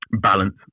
balance